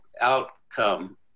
outcome